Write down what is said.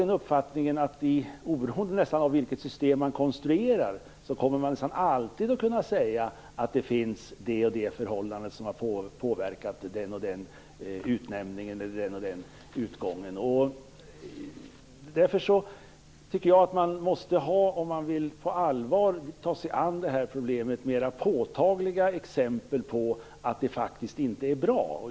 Nästan oberoende av vilket system som konstrueras skulle man kunna säga att det finns vissa förhållanden som har påverkat vissa utnämningar eller utgångar. Om man på allvar vill ta sig an det här problemet måste man ha mera påtagliga exempel på att det faktiskt inte är bra.